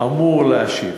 אמור להשיב.